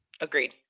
Agreed